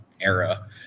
era